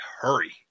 hurry